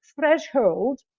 threshold